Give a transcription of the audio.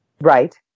Right